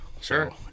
sure